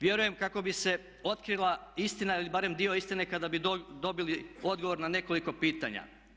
Vjerujem kako bi se otkrila istina ili barem dio istine kada bi dobili odgovor na nekolik pitanja.